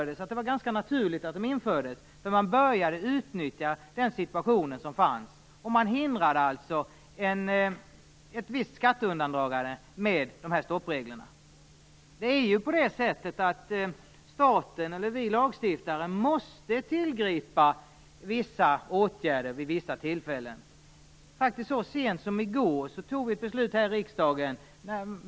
Det var ganska naturligt att stoppreglerna infördes, eftersom den tidigare situationen hade börjat utnyttjas. Man förhindrade alltså ett visst skatteundandragande med stoppreglerna. Det är ju på det sättet att vi lagstiftare måste tillgripa vissa åtgärder vid vissa tillfällen. Så sent som i går fattade vi beslut här i riksdagen.